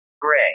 Gray